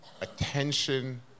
attention